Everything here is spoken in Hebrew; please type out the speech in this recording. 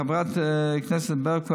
חברת הכנסת ברקו,